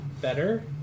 better